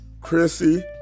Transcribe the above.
Chrissy